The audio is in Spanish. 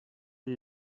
del